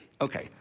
Okay